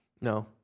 No